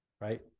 right